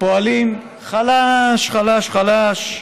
פועלים חלש חלש חלש,